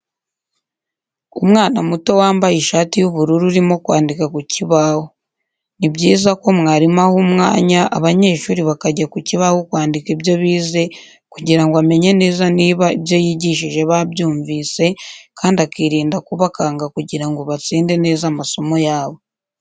Umwana muto wambaye ishati y'ubururu urimo kwandika ku kibaho. Ni byiza ko mwarimu aha umwanya abanyeshuri bakajya kukibaho kwandika ibyo bize kugira ngo amenye neza niba ibyo yigishije babyumvise, kandi akirinda kubakanga kugira ngo batsinde neza amasomo yabo.